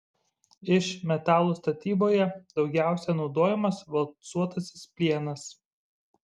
iš metalų statyboje daugiausiai naudojamas valcuotasis plienas